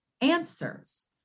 answers